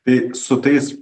tai su tais